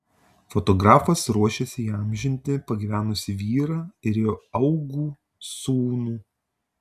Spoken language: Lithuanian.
fotografas ruošiasi įamžinti pagyvenusį vyrą ir jo augų sūnų